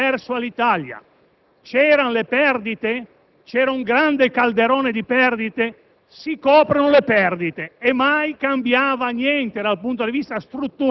dell'Alitalia. Sinceramente credo che finalmente si sia imboccata la strada giusta, non più quella che abbiamo seguito fin qui.